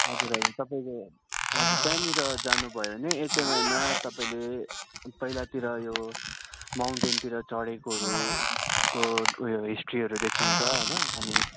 हजुर हजुर तपाईँको हजुर त्यहाँनिर जानुभयो भने एचएमआईमा तपाईँले पहिलातिर यो माउन्टेनतिर चढेकोहरूको उयो हिस्ट्रीहरू देख्नुहुन्छ होइन अनि